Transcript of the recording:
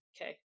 Okay